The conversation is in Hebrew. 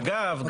אגב,